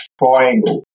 triangle